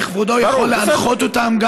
וכבודו יכול גם להנחות אותם,